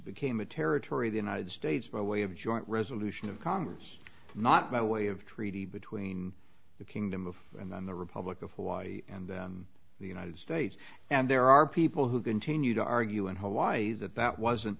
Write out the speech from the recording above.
became a territory the united states by way of joint resolution of congress not by way of treaty between the kingdom of and then the republic of hawaii and the united states and there are people who continue to argue in hawaii that that wasn't